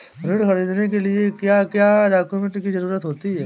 ऋण ख़रीदने के लिए क्या क्या डॉक्यूमेंट की ज़रुरत होती है?